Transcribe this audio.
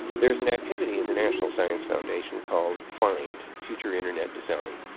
there's an activity in the national science foundation called find, future internet design.